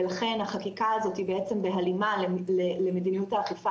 ולכן החקיקה הזאת היא בעצם בהלימה למדיניות האכיפה